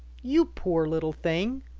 you poor little thing.